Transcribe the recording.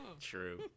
True